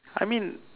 I mean